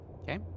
Okay